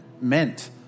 meant